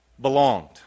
belonged